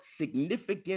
significant